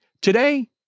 Today